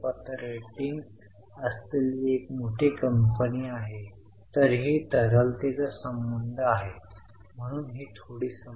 तर वित्तपुरवठ्यात फक्त दोन वस्तू डिबेंचर आणि अंतरिम लाभांश देय अधिक 14 वजा 5 च्या जारी असतात